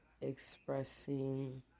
expressing